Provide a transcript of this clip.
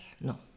no